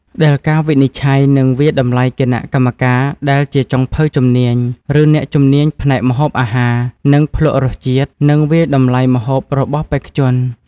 ដែលការវិនិច្ឆ័យ និងវាយតម្លៃគណៈកម្មការដែលជាចុងភៅជំនាញ ឬអ្នកជំនាញផ្នែកម្ហូបអាហារ នឹងភ្លក្សរសជាតិ និងវាយតម្លៃម្ហូបរបស់បេក្ខជន។